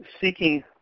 seeking